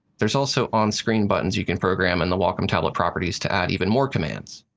there's also on-screen buttons you can program in the wacom tablet properties to add even more commands.